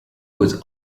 was